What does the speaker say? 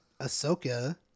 Ahsoka